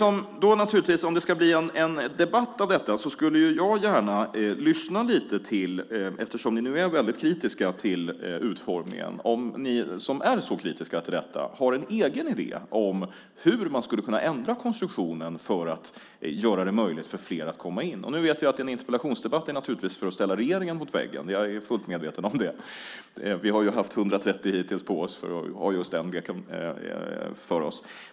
För att det ska bli en debatt och eftersom ni nu är så väldigt kritiska till utformningen, skulle jag gärna vilja höra om ni har en egen idé om hur man skulle kunna ändra konstruktionen för att göra det möjligt för fler att komma in på arbetsmarknaden. Nu är jag fullt medveten om att en interpellationsdebatt naturligtvis är till för att ställa regeringen mot väggen. Vi har ju haft 130 stycken på oss för att ha just den leken för oss.